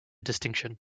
distinction